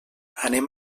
anem